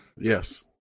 Yes